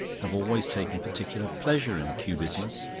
have always taken particular pleasure in cubismus.